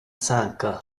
cinq